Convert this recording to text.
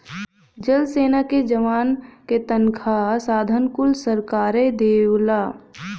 जल सेना के जवान क तनखा साधन कुल सरकारे देवला